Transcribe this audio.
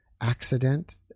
accident